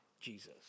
Jesus